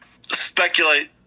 speculate